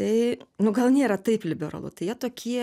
tai nu gal nėra taip liberalu tai jie tokie